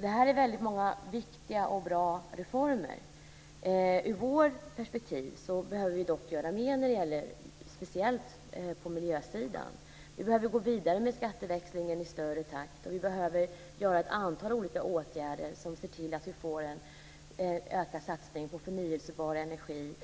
Det här är väldigt många viktiga och bra reformer. Ur vårt perspektiv behöver vi dock göra mer, speciellt på miljösidan. Vi behöver gå vidare med skatteväxlingen i snabbare takt. Vi behöver vidta ett antal olika åtgärder så att vi får en ökad satsning på förnybar energi.